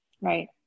Right